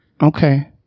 Okay